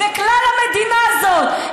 וכלל המדינה הזאת,